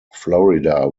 florida